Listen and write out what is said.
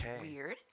weird